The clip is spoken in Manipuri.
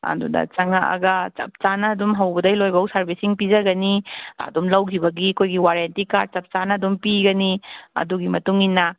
ꯑꯗꯨꯗ ꯆꯪꯉꯛꯑꯒ ꯆꯞꯆꯥꯅ ꯑꯗꯨꯝ ꯍꯧꯕꯗꯒꯤ ꯂꯣꯏꯕꯥꯎ ꯁꯔꯚꯤꯁꯁꯤꯡ ꯄꯤꯖꯒꯅꯤ ꯑꯗꯨꯝ ꯂꯧꯒꯤꯕꯒꯤ ꯑꯩꯈꯣꯏꯒꯤ ꯋꯥꯔꯦꯟꯇꯤ ꯀꯥꯔꯠ ꯆꯞꯆꯥꯅ ꯑꯗꯨꯝ ꯄꯤꯒꯅꯤ ꯑꯗꯨꯒꯤ ꯃꯇꯨꯡꯏꯟꯅ